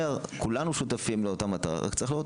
כולנו שותפים לאותה מטרה אבל צריך לראות